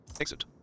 Exit